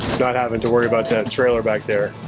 not having to worry about that trailer back there.